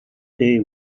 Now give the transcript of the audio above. day